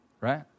right